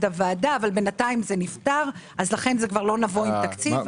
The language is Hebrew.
הוועדה אבל בינתיים זה נפתר ולכן לא נבוא עם תקציב.